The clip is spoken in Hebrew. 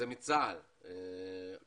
ומספרת סיפורים שצה"ל עכשיו נמצא --- שפרה, אפשר